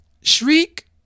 Shriek